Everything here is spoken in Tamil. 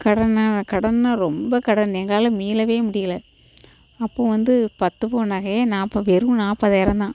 கடன்னு கடன்னு ரொம்ப கடன் எங்களால் மீளவே முடியல அப்போ வந்து பத்து பவுன் நகையும் நாற்பது வெறும் நாற்பதாயிரம் தான்